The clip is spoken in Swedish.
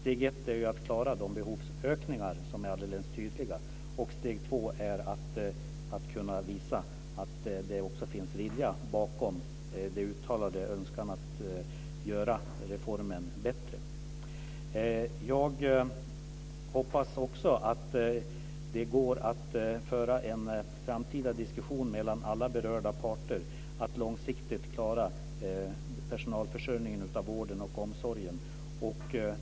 Steg ett är att klara de behovsökningar som är alldeles tydliga. Steg två är att kunna visa att det också finns en vilja bakom den uttalade önskan att göra reformen bättre. Jag hoppas också att det går att föra en framtida diskussion mellan alla berörda parter att långsiktigt klara personalförsörjningen av vården och omsorgen.